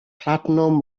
platinum